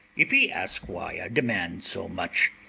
if he ask why i demand so much,